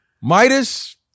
Midas